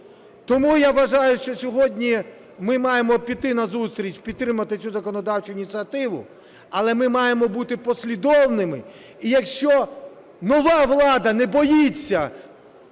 Тому я вважаю, що сьогодні ми маємо піти на зустріч – підтримати цю законодавчу ініціативу. Але ми маємо бути послідовними і якщо нова влада не боїться